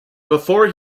before